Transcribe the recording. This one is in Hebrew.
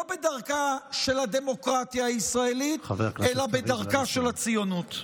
לא בדרכה של הדמוקרטיה הישראלית אלא בדרכה של הציונות.